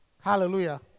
Hallelujah